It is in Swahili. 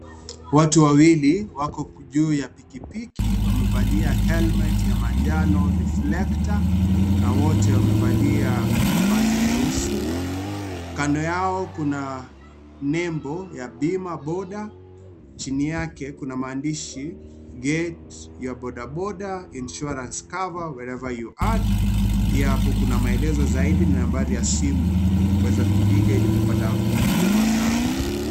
Watu wawili wako juu ya pikipiki wamevalia helmet ya manjano, reflector na wote wamevalia mavazi nyeusi. Kando yao kuna nembo ya bima border. Chini yake kuna maandishi get your bodaboda insurance cover wherever you are. Pia hapo kuna maelezo zaidi na nambari ya simu ya kuweza kupiga ili kupata huduma zao.